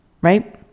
right